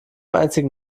einzigen